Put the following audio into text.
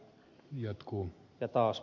jatkuu ja taas